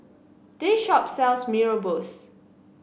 this shop sells Mee Rebus